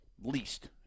least